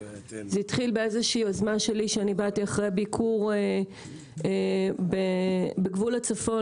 זה התחיל ביוזמה שלי שבאתי אחרי ביקור בגבול הצפון